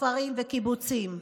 כפרים וקיבוצים.